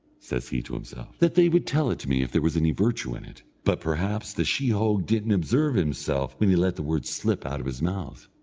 says he to himself, that they would tell it to me, if there was any virtue in it but perhaps the sheehogue didn't observe himself when he let the word slip out of his mouth.